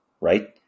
right